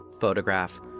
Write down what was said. photograph